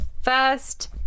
first